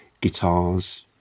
guitars